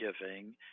giving